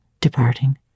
departing